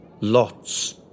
lots